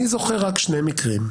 אני זוכר רק שני מקרים,